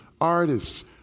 artists